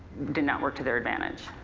did not work to their advantage.